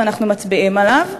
ואנחנו מצביעים עליו,